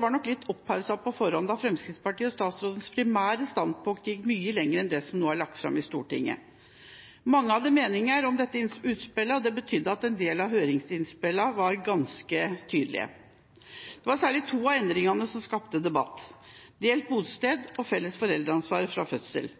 var nok litt hausset opp på forhånd, da Fremskrittspartiets og statsrådens primære standpunkt gikk mye lenger enn det som nå er lagt fram for Stortinget. Mange hadde meninger om dette utspillet, og det betydde at en del av høringsinnspillene var ganske tydelige. Det var særlig to av endringene som skapte debatt: delt bosted og felles foreldreansvar fra fødsel.